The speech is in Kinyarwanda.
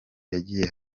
yagiye